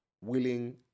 willing